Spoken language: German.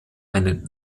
einen